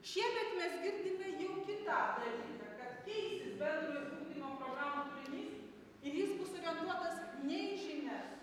šiemet mes girdime jau kitą dalyką kad keisis bendrojo ugdymo programų turinys ir jis bus orientuotas ne į žinias